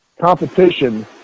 competition